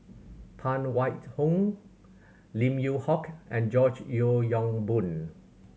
Phan Wait Hong Lim Yew Hock and George Yeo Yong Boon